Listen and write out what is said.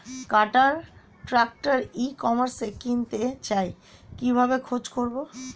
কাটার tractor e কমার্সে কিনতে চাই কিভাবে খোঁজ করো?